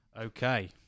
Okay